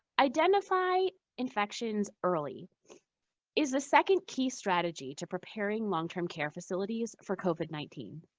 identify infections early is the second key strategy to preparing long-term care facilities for covid nineteen.